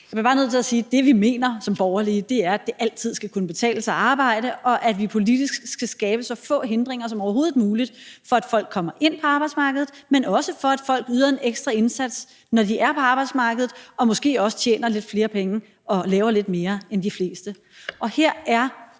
Jeg bliver bare nødt til at sige, at det, vi mener som borgerlige, er, at det altid skal kunne betale sig at arbejde, og at vi politisk skal skabe så få hindringer som overhovedet muligt for, at folk kommer ind på arbejdsmarkedet, men også for, at folk yder en ekstra indsats, når de er på arbejdsmarkedet, og måske også tjener lidt flere penge og laver lidt mere end de fleste. Og her er